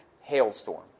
hailstorm